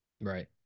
Right